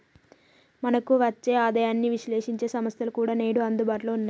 మనకు వచ్చే ఆదాయాన్ని విశ్లేశించే సంస్థలు కూడా నేడు అందుబాటులో ఉన్నాయి